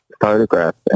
photographs